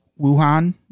Wuhan